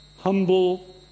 humble